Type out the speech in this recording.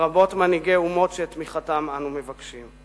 לרבות מנהיגי אומות שאת תמיכתם אנו מבקשים?